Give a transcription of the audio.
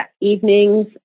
evenings